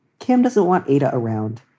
kim doesn't want ada around.